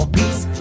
peace